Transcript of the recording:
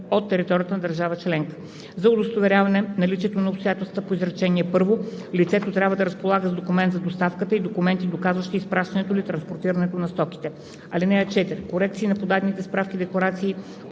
от територията на държава членка. За удостоверяване наличието на обстоятелствата по изречение първо лицето трябва да разполага с документ за доставката и документи, доказващи изпращането или транспортирането на стоките. (4) Корекции на подадени справки-декларации